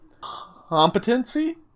Competency